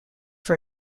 for